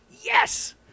Yes